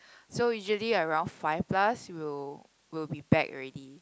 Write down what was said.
so usually around five plus we will we will be back already